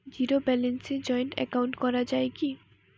Zero ব্যালেন্সে joint account করা য়ায় কি?